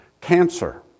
cancer